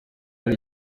ari